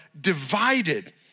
divided